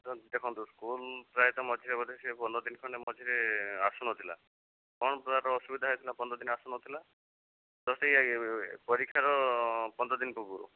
ତ ଦେଖନ୍ତୁ ସ୍କୁଲ୍ ପ୍ରାୟ ତ ମଝିରେ ବୋଧେ ସିଏ ପନ୍ଦର ଦିନ ଖଣ୍ଡେ ମଝିରେ ଆସୁ ନଥିଲା କ'ଣ ତା'ର ଅସୁବିଧା ହେଇଥିଲା ପନ୍ଦର ଦିନ ଆସୁ ନଥିଲା ତ ସେଇ ପରୀକ୍ଷାର ପନ୍ଦର ଦିନ ପୂର୍ବରୁ